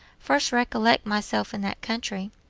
first recollect myself in that country.